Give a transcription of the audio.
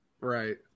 Right